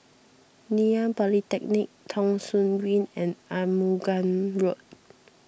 Ngee Ann Polytechnic Thong Soon Green and Arumugam Road